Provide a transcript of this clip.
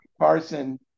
Carson